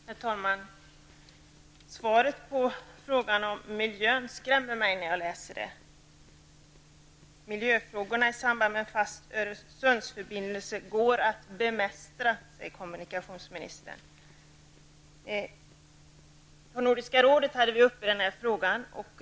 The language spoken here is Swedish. Herr talman! Jag blir skrämd när jag läser kommunikationsministerns svar på frågan om miljön. Miljöfrågorna i samband med en fast Öresundsförbindelse går att bemästra, säger kommunikationsministern. Vi hade denna fråga upp vid Nordiska rådets sammanträde.